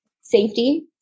safety